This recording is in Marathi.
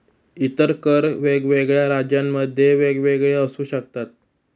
इतर कर वेगवेगळ्या राज्यांमध्ये वेगवेगळे असू शकतात